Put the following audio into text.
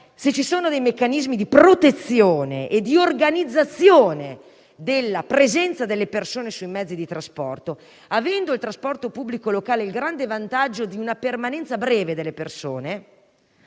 se ci sono dei meccanismi di protezione e organizzazione della presenza delle persone sui mezzi di trasporto, avendo il trasporto pubblico locale il grande vantaggio di una permanenza breve degli utenti,